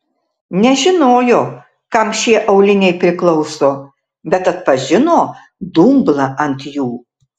nežinojo kam šie auliniai priklauso bet atpažino dumblą ant jų